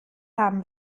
haben